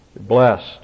blessed